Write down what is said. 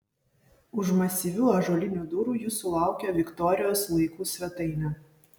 už masyvių ąžuolinių durų jūsų laukia viktorijos laikų svetainė